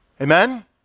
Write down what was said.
Amen